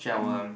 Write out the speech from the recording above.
mm